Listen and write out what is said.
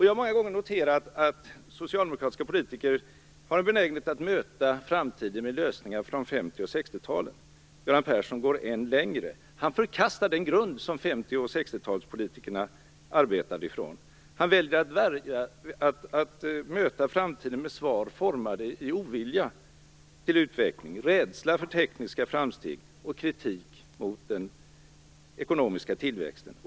Jag har många gånger noterat att socialdemokratiska politiker har en benägenhet att möta framtiden med lösningar från 50 och 60-talen. Göran Persson går än längre: Han förkastar den grund som 50 och 60-talspolitikerna arbetade från. Han väljer att möta framtiden med svar formade i ovilja mot utvecklingen, rädsla för tekniska framsteg och kritik mot den ekonomiska tillväxten.